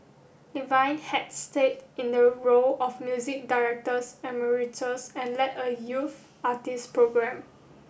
Levine had stayed in a role of music directors emeritus and led a youth artist program